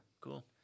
Cool